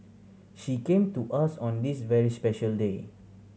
she came to us on this very special day